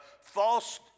false